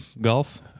golf